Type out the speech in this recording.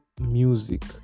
music